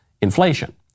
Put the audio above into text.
inflation